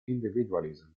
individualism